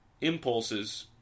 impulses